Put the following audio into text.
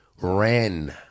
ran